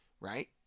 right